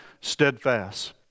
steadfast